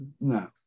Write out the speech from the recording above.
no